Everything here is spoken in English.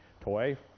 toy